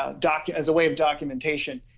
and as a way of documentation.